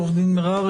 עורכת דין מררי,